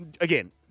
again